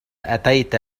أتيت